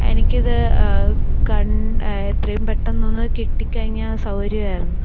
എനിക്കിത് കണ് എത്രയും പെട്ടന്നൊന്ന് കിട്ടിക്കഴിഞ്ഞാൽ സൗകര്യമായിരുന്നു